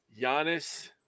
Giannis